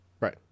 right